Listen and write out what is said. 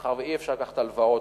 מאחר שאי-אפשר לקחת הלוואות,